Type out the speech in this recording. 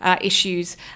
issues